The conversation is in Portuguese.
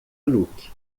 luke